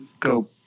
go